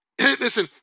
Listen